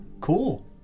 Cool